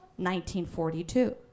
1942